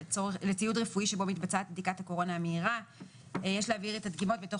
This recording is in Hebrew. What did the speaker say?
לציוד רפואי שבו מתבצעת בדיקת הקורונה המהירה; יש להעביר את הדגימות בתוך